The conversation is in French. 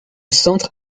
centre